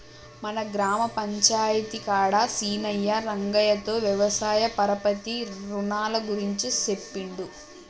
మన గ్రామ పంచాయితీ కాడ సీనయ్యా రంగయ్యతో వ్యవసాయ పరపతి రునాల గురించి సెప్పిండు